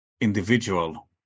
individual